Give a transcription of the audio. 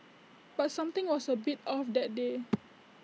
but something was A bit off that day